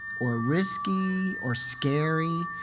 or risky, or scary.